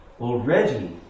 Already